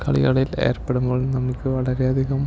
കളികളിൽ ഏർപ്പെടുമ്പോൾ നമുക്ക് വളരെയധികം